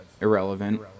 irrelevant